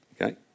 Okay